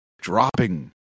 dropping